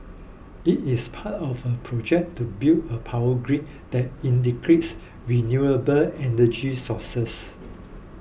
it is part of a project to build a power grid that integrates renewable energy sources